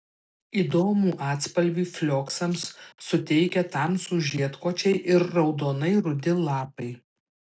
įdomų atspalvį flioksams suteikia tamsūs žiedkočiai ir raudonai rudi lapai